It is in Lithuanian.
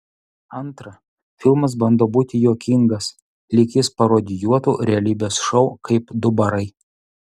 antra filmas bando būti juokingas lyg jis parodijuotų realybės šou kaip du barai